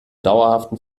dauerhaften